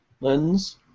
Lens